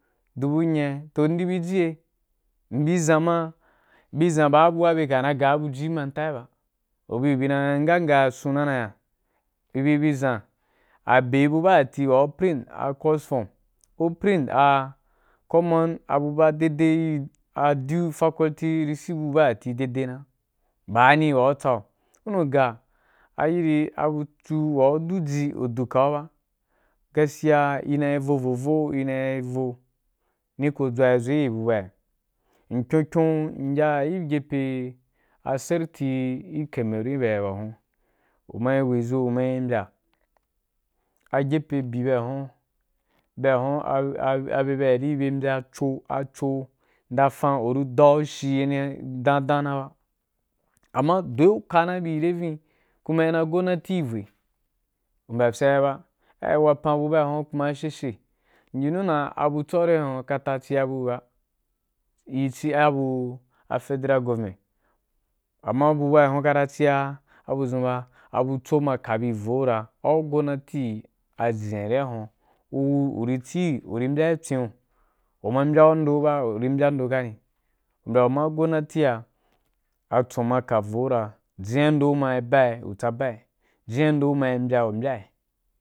Dubu nyiya, toh ndi bi ji ye, ndi zan ma, nbi zan ba bu wa bye ka na ga buju gi manta’i ba, u bi ka na nga nga sun na ya, ibi bi zan a be bu ba tati wa u print a course form, u priny a common abuba a dei dei a due faculty receipe bibatati a bu dei dei na ba ni wa u tsa a yi hunu gaairi abu ti wa u du ji u du ka’u ba gaskiya ina yi vo vo vo ina yi vo ni ko dʒwa’i zo gi bye bu ba ya. In kyon kyon īn ya gi gefe se ti gi came roon gibye wa ya bye a hun, u ma yi weî zo uma yi mbya gepe mbyi bye wa’i hwan, bye wa huan a a a bye be wa ri bye mbyà cho a cho ndafan u ri dau shi, shi ni a dan dan na ba amma dou yi uka bi re vin kun ma i dan gonnati yi vou, u mbyā fye ba ai wapan buba hun kuma a sheshe. In yi nu dan a butso wa ri wa huan kata ci a buí ba ri ci bu a federal government amma bu ba i hun kata cia a buzun ba, a butso ma ka bi vo ra, au gonnati a zen a ri a huan u ri ci, u ri mbya’í a tswen u, u ma mbya ‘u ando u ba u ri mbyà ndo gani, mbya, mma gonnati a, a tsun ma ka ro ra, jinya a ndo’u ma’i bai u tsabe’e, jin ya ndo ù mài mbyái u mbyai.